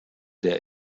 der